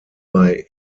bei